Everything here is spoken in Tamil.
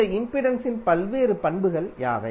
இந்த இம்பிடன்ஸின் பல்வேறு பண்புகள் யாவை